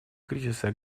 кризисов